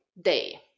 day